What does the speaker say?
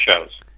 shows